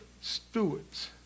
stewards